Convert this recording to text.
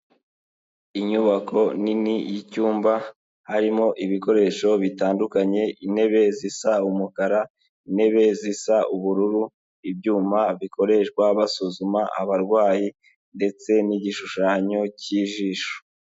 Inyubako nini y'icyumba, harimo ibikoresho bitandukanye, intebe zisa umukara, intebe zisa ubururu, ibyuma bikoreshwa basuzuma abarwayi ndetse n'igishushanyo k'ijisho.